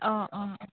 অঁ অঁ